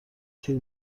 تیر